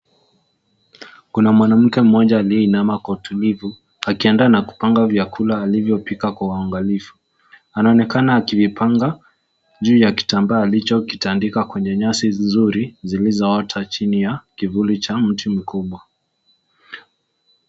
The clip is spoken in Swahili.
Kuna mwanamke mmoja aliyeinama kwa utulivu akiandaa na kupanga vyakula alivyopika kwa uangalifu. Anaonekana akivipanga juu ya kitambaa alichotandika kwenye nyasi nzuri zilizoota kivuli cha mti mkubwa.